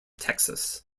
texas